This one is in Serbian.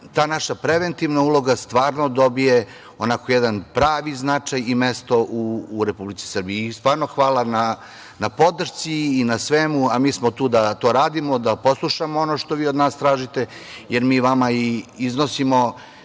ta naša preventivna uloga stvarno dobije jedan pravi značaj i mesto u Republici Srbiji. Hvala na podršci i na svemu ostalom, a mi smo tu da to radimo, da poslušamo ono što vi od nas tražite, jer mi vama i iznosimo